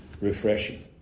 refreshing